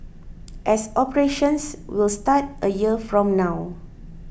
as operations will start a year from now